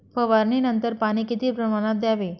फवारणीनंतर पाणी किती प्रमाणात द्यावे?